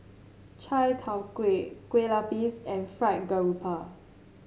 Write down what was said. Chai Tow Kuay Kueh Lapis and Fried Garoupa